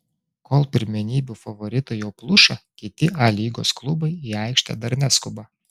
kol pirmenybių favoritai jau pluša kiti a lygos klubai į aikštę dar neskuba